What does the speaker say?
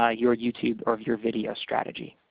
ah your youtube or your video strategy.